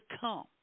come